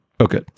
Okay